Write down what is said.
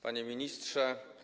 Panie Ministrze!